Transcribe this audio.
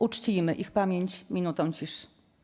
Uczcijmy ich pamięć minutą ciszy.